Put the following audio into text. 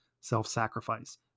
self-sacrifice